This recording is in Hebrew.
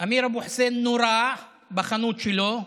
אמיר אבו חוסיין נורה בחנות שלו.